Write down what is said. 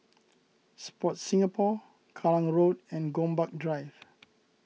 Sport Singapore Kallang Road and Gombak Drive